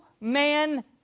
man